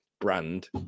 brand